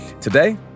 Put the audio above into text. Today